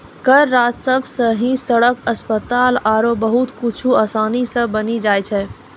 कर राजस्व सं ही सड़क, अस्पताल आरो बहुते कुछु आसानी सं बानी जाय छै